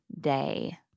day